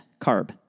carb